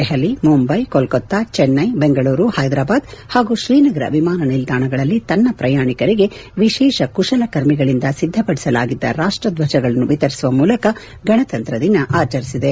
ದೆಹಲಿ ಮುಂಬೈ ಕೊಲ್ಲತಾ ಚೆನ್ನೈ ಬೆಂಗಳೂರು ಹೈದ್ರಾಬಾದ್ ಹಾಗೂ ಶ್ರೀನಗರ ವಿಮಾನ ನಿಲ್ದಾಣಗಳಲ್ಲಿ ತನ್ನ ಪ್ರಯಾಣಿಕರಿಗೆ ವಿಶೇಷ ಕುಶಲಕರ್ಮಿಗಳಿಂದ ಸಿದ್ಧಪಡಿಸಲಾಗಿದ್ದ ರಾಷ್ಷದ್ವಜಗಳನ್ನು ವಿತರಿಸುವ ಮೂಲಕ ಗಣತಂತ್ರವನ್ನು ಆಚರಿಸಿಕೊಂಡಿದೆ